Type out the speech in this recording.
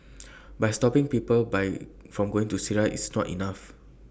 by stopping people by from going to Syria is not enough